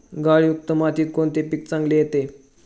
गाळयुक्त मातीत कोणते पीक चांगले येते?